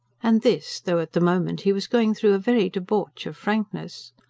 and this, though at the moment he was going through a very debauch of frankness.